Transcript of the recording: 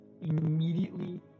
immediately